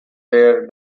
rare